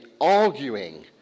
arguing